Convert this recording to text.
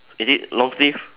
is it long sleeve